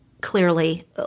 clearly